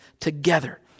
together